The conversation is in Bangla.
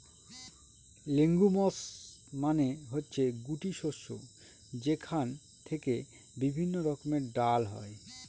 লেগুমস মানে হচ্ছে গুটি শস্য যেখান থেকে বিভিন্ন রকমের ডাল হয়